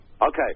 Okay